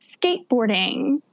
skateboarding